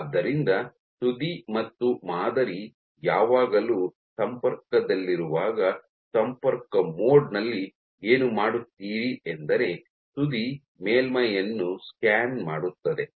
ಆದ್ದರಿಂದ ತುದಿ ಮತ್ತು ಮಾದರಿ ಯಾವಾಗಲೂ ಸಂಪರ್ಕದಲ್ಲಿರುವಾಗ ಸಂಪರ್ಕ ಮೋಡ್ ನಲ್ಲಿ ಏನು ಮಾಡುತ್ತೀರಿ ಎಂದರೆ ತುದಿ ಮೇಲ್ಮೈಯನ್ನು ಸ್ಕ್ಯಾನ್ ಮಾಡುತ್ತದೆ